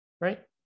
Right